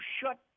shut